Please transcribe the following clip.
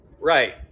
right